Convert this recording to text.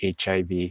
HIV